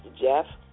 Jeff